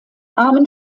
armen